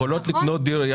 לא.